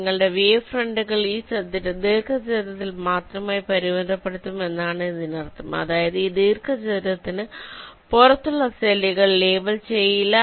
നിങ്ങളുടെ വേവ് ഫ്രന്റുകൾ ഈ ദീർഘചതുരത്തിൽ മാത്രമായി പരിമിതപ്പെടുത്തും എന്നാണ് ഇതിനർത്ഥം അതായത് ഈ ദീർഘചതുരത്തിന് പുറത്തുള്ള സെല്ലുകൾ ലേബൽ ചെയ്യില്ല